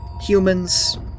humans